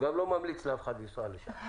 ואני גם לא ממליץ לאף אחד לנסוע לשם.